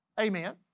Amen